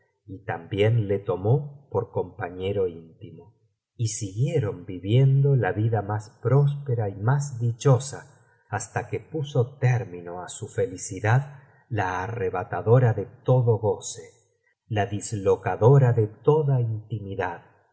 y también le tomó por compañero íntimo y siguieron viviendo la vida más próspera y más dichosa hasta que puso término á su felicidad la arrebatadora de todo goce la dislocadora de tocia intimidad la